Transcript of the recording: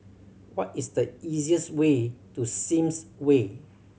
what is the easiest way to Sims Way